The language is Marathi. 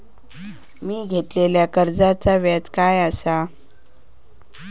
मी घेतलाल्या कर्जाचा व्याज काय आसा?